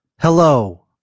Hello